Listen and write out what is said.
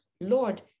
Lord